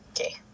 Okay